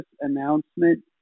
announcement